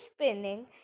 spinning